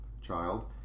child